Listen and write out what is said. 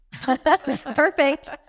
Perfect